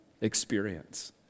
experience